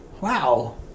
Wow